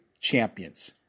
champions